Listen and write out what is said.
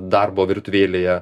darbo virtuvėlėje